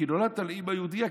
כי נולדת לאימא יהודייה,